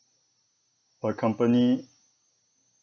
a company